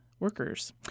workers